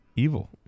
evil